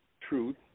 truth